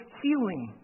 healing